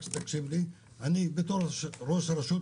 בתור ראש רשות